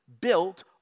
built